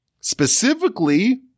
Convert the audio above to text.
Specifically